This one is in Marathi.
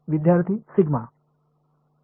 विद्यार्थीः